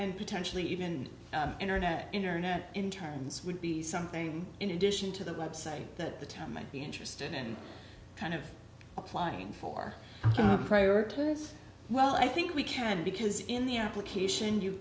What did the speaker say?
and potentially even internet internet in terms would be something in addition to the website that the town might be interested in kind of applying for priority well i think we can because in the application you